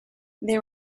they